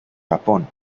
japón